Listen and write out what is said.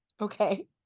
okay